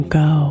go